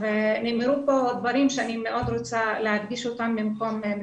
נאמרו פה דברים שאני מאוד רוצה להדגיש אותם מהמקום של משרד החינוך,